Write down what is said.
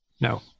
No